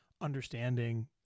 understanding